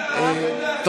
המסית הראשי פותח את הפה.